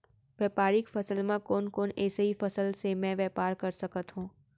व्यापारिक फसल म कोन कोन एसई फसल से मैं व्यापार कर सकत हो?